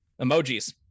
Emojis